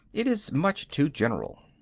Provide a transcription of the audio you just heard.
it is much too general.